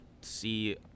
see